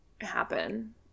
happen